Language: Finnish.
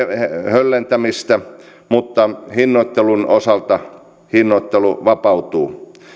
höllentämistä mutta hinnoittelun osalta hinnoittelu vapautuu